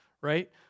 right